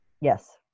yes